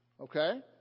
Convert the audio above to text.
Okay